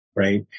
Right